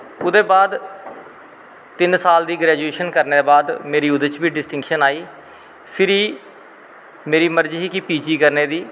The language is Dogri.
तो ओह्दै बाद तिन्न साल दी ग्रैजुएशन करनैं दै बाद मेरी ओह्दे च बी डिस्टिंकशन आई भिरी मेरी मर्जी ही पी जी करनें दी